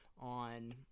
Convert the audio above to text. on